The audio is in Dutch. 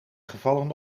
gevallen